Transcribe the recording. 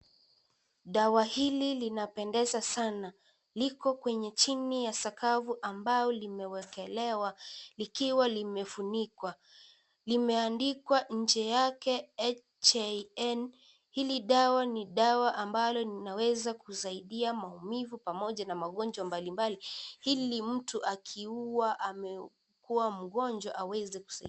Dawa hili linapendeza sana. Liko kwenye chini ya sakafu ambao limewekelewa likiwa limefunikwa. Limeandikwa nje yake "HJN" . Hili dawa ni dawa ambalo linaweza kusaidia maumivu pamoja na magonjwa mbalimbali ili mtu akikuwa mgonjwa aweze kusaidika.